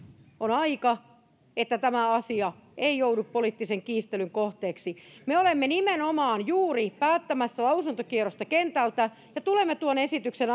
on aika että tämä asia ei joudu poliittisen kiistelyn kohteeksi me olemme nimenomaan juuri päättämässä lausuntokierrosta kentältä ja tulemme tuon esityksen